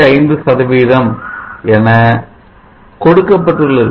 5 என கொடுக்கப்பட்டுள்ளது